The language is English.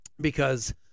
because-